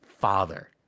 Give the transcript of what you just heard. father